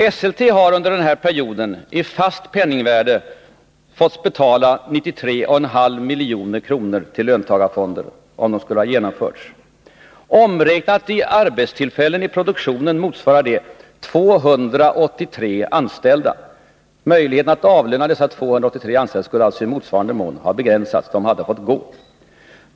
Esselte hade under perioden i fast penningvärde fått betala 93,5 milj.kr. till löntagarfonderna. Omräknat i arbetstillfällen i produktionen motsvarar det 283 anställda. Möjligheterna att avlöna dessa 283 skulle i motsvarande mån ha begränsats — de hade fått gå.